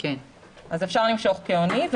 אז אפשר למשוך כהוני.